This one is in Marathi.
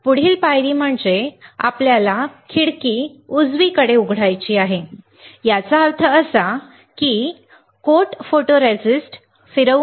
पुढील पायरी म्हणजे आपल्याला खिडकी उजवीकडे उघडायची होती याचा अर्थ असा की आम्ही कोट फोटोरिस्टिस्ट फिरवू